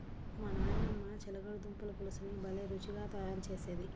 మా నాయనమ్మ చిలకడ దుంపల పులుసుని భలే రుచిగా తయారు చేసేది